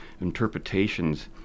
interpretations